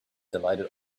delighted